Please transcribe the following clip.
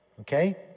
Okay